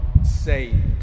saved